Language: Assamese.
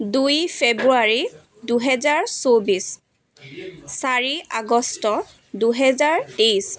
দুই ফেব্ৰুৱাৰী দুহেজাৰ চৌব্বিছ চাৰি আগষ্ট দুহেজাৰ তেইছ